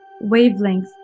wavelength